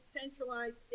centralized